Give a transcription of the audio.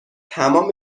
تمام